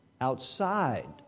outside